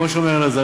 כמו שאומר אלעזר,